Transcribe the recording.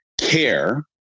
care